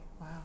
Wow